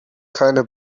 kinda